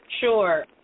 Sure